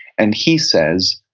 and he says,